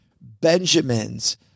Benjamins